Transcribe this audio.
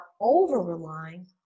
over-relying